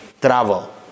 travel